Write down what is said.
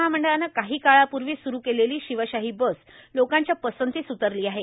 महामंडळानं काही काळापूर्वी सुरु केलेली शिवशाही बस लोकांच्या पसंतीस उतरली आहे